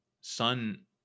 son